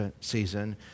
season